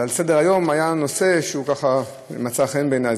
-- על סדר-היום היה נושא שמצא חן בעיני,